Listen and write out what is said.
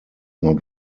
not